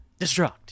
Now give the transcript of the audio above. destruct